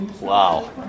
Wow